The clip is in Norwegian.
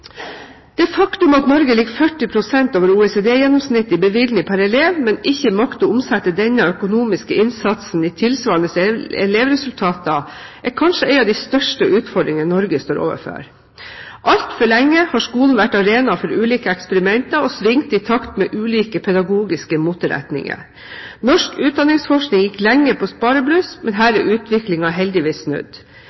Det faktum at Norge ligger 40 pst. over OECD-gjennomsnittet i bevilgning pr. elev, men ikke makter å omsette denne økonomiske innsatsen i tilsvarende elevresultater, er kanskje en av de største utfordringene Norge står overfor. Altfor lenge har skolen vært arena for ulike eksperimenter og svingt i takt med ulike pedagogiske moteretninger. Norsk utdanningsforskning gikk lenge på sparebluss, men her